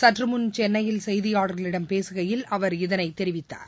சற்றமுன் சென்னையில் செய்தியாளர்களிடம் பேசுகையில் அவர் இதனைத் தெரிவித்தார்